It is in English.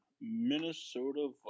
Minnesota